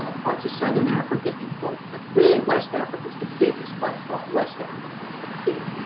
ah parts of southern africa imports ah really, west africa is the biggest, by far, west africa is the big.